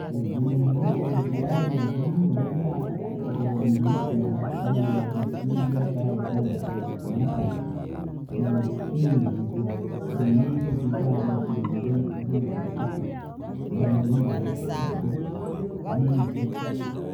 Kugweno na wenzio taari wakini wamegaa, uko mbwishia, kaui yawa mshuligia kawe kauya, kamna tabu, kwa hiyo kiu ya mwezwiwangu, mbwine hizo mkwiitaku kiona we hizo mbwi dasi, naula nyumbani, basi ni hivyo.